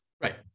Right